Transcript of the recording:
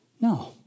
No